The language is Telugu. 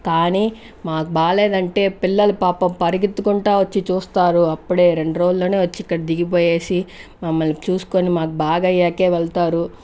కాని మాకు బాలేదంటే పిల్లలు పాపం పరిగెత్తుకుంటా వచ్చి చూస్తారు అప్పుడే రెండ్రోజుల్లోనే వచ్చి ఇక్కడ దిగిపోయేసి మమ్మల్ని చూసుకుని మాకు బాగయ్యకే వెళ్తారు